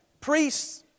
Priests